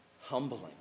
humbling